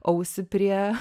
ausį prie